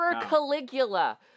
Caligula